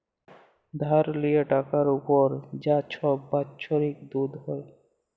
ধার লিয়ে টাকার উপর যা ছব বাচ্ছরিক ছুধ হ্যয়